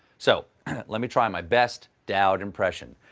so let me try my best dowd impression